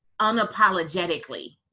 unapologetically